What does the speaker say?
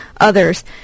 others